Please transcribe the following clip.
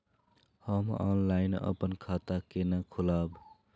हम ऑनलाइन अपन खाता केना खोलाब?